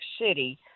City